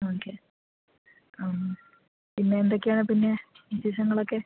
okay പിന്നെ എന്തൊക്കെയാണ് പിന്നെ വിശേഷങ്ങളൊക്കെ